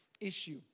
issue